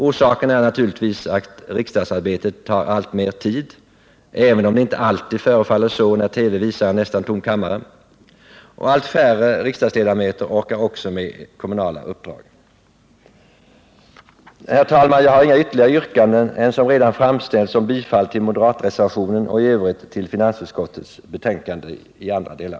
Orsaken är naturligtvis att riksdagsarbetet tar alltmer tid —-även om det inte alltid förefaller så när TV visar en nästan tom kammare — och att allt färre orkar med också ett kommunalt uppdrag. Herr talman! Jag har inga ytterligare yrkanden än de som redan framställts om bifall till moderatreservationen och i övrigt till finansutskottets hemställan i alla delar.